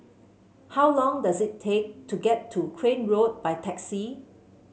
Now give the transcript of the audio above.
how long does it take to get to Crane Road by taxi